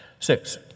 Six